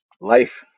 life